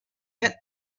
hit